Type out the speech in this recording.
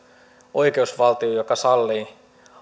oikeusvaltio joka sallii